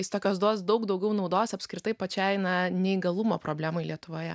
jis tokios duos daug daugiau naudos apskritai pačiai na neįgalumo problemai lietuvoje